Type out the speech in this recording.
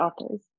authors